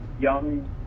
young